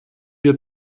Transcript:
wir